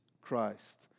Christ